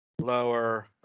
lower